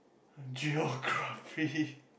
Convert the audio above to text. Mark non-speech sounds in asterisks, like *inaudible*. geography *breath*